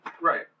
Right